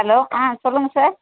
hello ஆ சொல்லுங்கள் sir